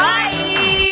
Bye